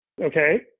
okay